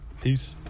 Peace